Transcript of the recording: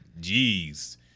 Jeez